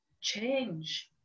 change